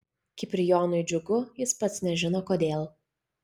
kiprijonui džiugu jis pats nežino kodėl